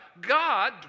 God